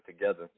together